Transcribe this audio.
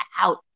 out